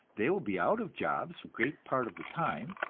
they will be out of jobs great part of the time,